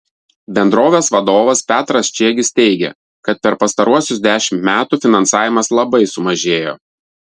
bendrovės vadovas petras čiegis teigė kad per pastaruosius dešimt metų finansavimas labai sumažėjo